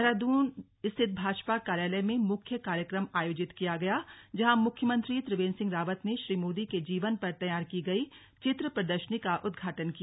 देहरादून स्थित भाजपा कार्यालय में मुख्य कार्यक्रम आयोजित किया गया जहां मुख्यमंत्री त्रिवेन्द्र सिंह रावत ने श्री मोदी के जीवन पर तैयार की गई चित्र प्रदर्शनी का उदघाटन किया